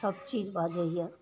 सबचीज बाजैए